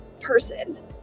person